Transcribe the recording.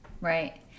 right